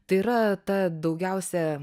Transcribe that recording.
tai yra ta daugiausia